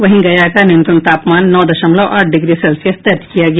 वहीं गया का न्यूनतम तापमान नौ दशमलव आठ डिग्री सेल्सियस दर्ज किया गया